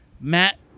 Matt